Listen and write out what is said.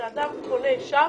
כאשר אדם קונה שם,